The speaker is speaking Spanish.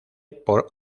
por